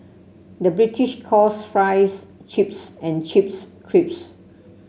the British calls fries chips and chips crisps